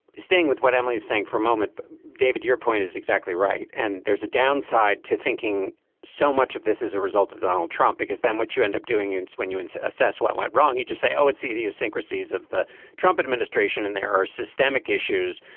staying with what emily's saying for a moment david, your point is exactly right. and there's a downside to thinking so much of this is a result of donald trump, because then what you end up doing is when you and assess what went wrong, you just say, oh, it's the idiosyncrasies of the trump administration and there are systemic issues.